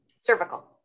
Cervical